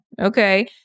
Okay